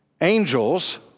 Angels